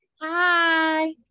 hi